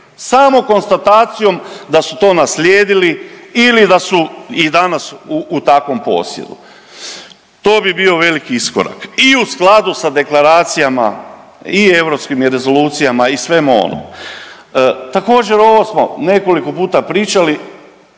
samo konstatacijom da su to naslijedili ili da su i danas u takvom posjedu. To bi bio veliki iskorak i u skladu sa deklaracijama i europskim rezolucijama i svemu onom. Također ovo smo nekoliko puta pričali